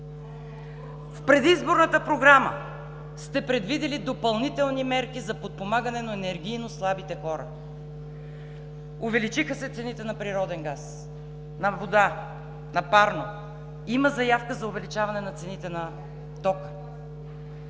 В предизборната програма сте предвидили допълнителни мерки за подпомагане на енергийно слабите хора. Увеличиха се цените на природен газ, на вода, на парно, има заявка за увеличаване на цените на тока.